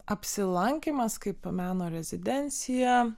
apsilankymas kaip meno rezidencija